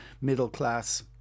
middle-class